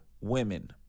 women